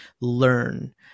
learn